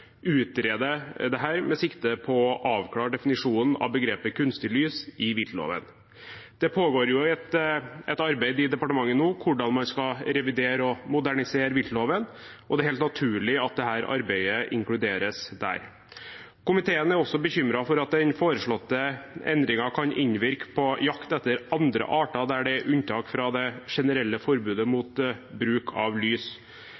med sikte på å avklare definisjonen av begrepet «kunstig lys» i viltloven. Det pågår nå et arbeid i departementet om hvordan man skal revidere og modernisere viltloven. Det er helt naturlig at dette arbeidet inkluderes der. Komiteen er også bekymret for at den foreslåtte endringen kan innvirke på jakt etter andre arter der det er unntak fra det generelle forbudet mot bruk av lys.